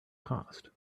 cost